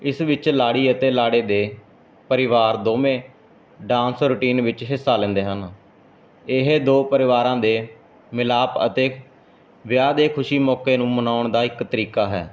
ਇਸ ਵਿੱਚ ਲਾੜੀ ਅਤੇ ਲਾੜੇ ਦੇ ਪਰਿਵਾਰ ਦੋਵੇਂ ਡਾਂਸ ਰੂਟੀਨ ਵਿੱਚ ਹਿੱਸਾ ਲੈਂਦੇ ਹਨ ਇਹ ਦੋ ਪਰਿਵਾਰਾਂ ਦੇ ਮਿਲਾਪ ਅਤੇ ਵਿਆਹ ਦੇ ਖੁਸ਼ੀ ਮੌਕੇ ਨੂੰ ਮਨਾਉਣ ਦਾ ਇੱਕ ਤਰੀਕਾ ਹੈ